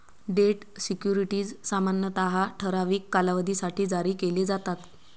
date securities सामान्यतः ठराविक कालावधीसाठी जारी केले जातात